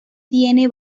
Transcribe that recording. tiene